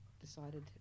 decided